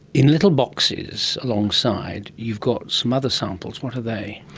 in little boxes alongside you've got some other samples. what are they?